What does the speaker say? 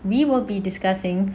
we will be discussing